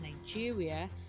Nigeria